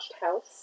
House